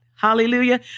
hallelujah